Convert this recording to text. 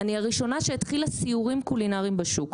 אני הראשונה שהתחילה סיורים קולינריים בשוק.